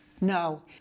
No